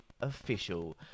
official